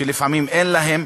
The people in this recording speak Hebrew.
שלפעמים אין להם,